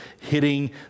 hitting